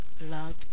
love